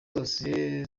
zose